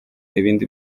ibindi